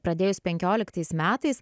pradėjus penkioliktais metais